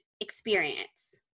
experience